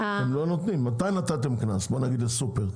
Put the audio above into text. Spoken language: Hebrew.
מתי נתתם קנס לסופר?